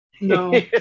No